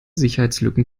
sicherheitslücken